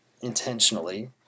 intentionally